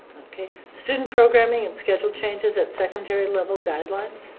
okay. student programming and schedule changes of secondary level guidelines.